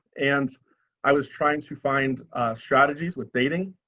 and i was trying to find strategies with dating,